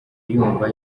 yumva